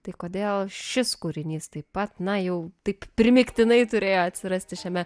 tai kodėl šis kūrinys taip pat na jau taip primygtinai turėjo atsirasti šiame